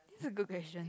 it's a good question